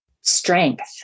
Strength